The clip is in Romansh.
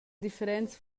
differents